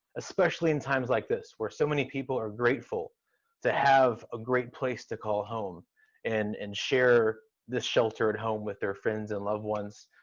especially in times like this where so many people are grateful to have a great place to call home and and share this shelter at home with their friends and loved ones,